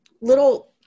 little